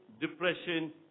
depression